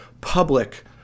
public